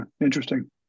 interesting